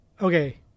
okay